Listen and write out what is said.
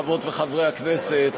חברות וחברי הכנסת,